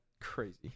crazy